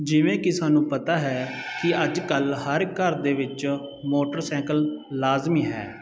ਜਿਵੇਂ ਕਿ ਸਾਨੂੰ ਪਤਾ ਹੈ ਕਿ ਅੱਜ ਕੱਲ੍ਹ ਹਰ ਘਰ ਦੇ ਵਿੱਚ ਮੋਟਰਸਾਈਕਲ ਲਾਜ਼ਮੀ ਹੈ